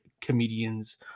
comedians